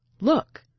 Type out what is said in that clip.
Look